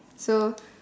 so